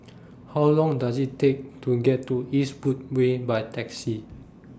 How Long Does IT Take to get to Eastwood Way By Taxi